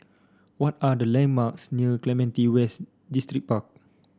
what are the landmarks near Clementi West Distripark